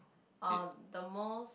uh the most